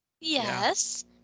Yes